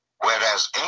Whereas